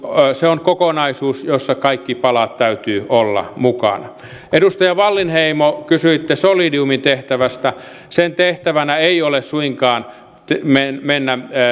se on kokonaisuus jossa kaikkien palojen täytyy olla mukana edustaja wallinheimo kysyitte solidiumin tehtävästä sen tehtävänä ei ole suinkaan mennä mennä